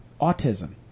autism